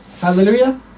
hallelujah